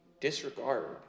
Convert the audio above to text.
disregard